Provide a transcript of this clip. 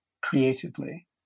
creatively